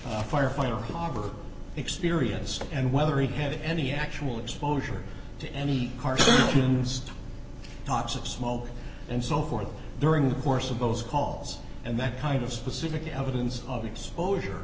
a firefighter harbored experienced and whether he had any actual exposure to any cars in this toxic smoke and so forth during the course of those calls and that kind of specific evidence of exposure